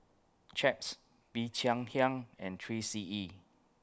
Chaps Bee Cheng Hiang and three C E